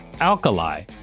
alkali